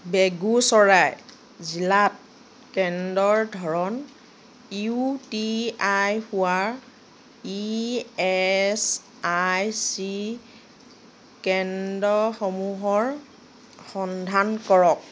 বেগুচৰাই জিলাত কেন্দ্ৰৰ ধৰণ ইউ টি আই হোৱা ই এচ আই চি কেন্দ্ৰসমূহৰ সন্ধান কৰক